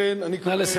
לכן, אני קורא, נא לסכם.